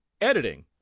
editing